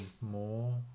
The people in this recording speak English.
more